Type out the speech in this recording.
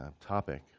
topic